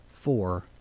four